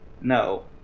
No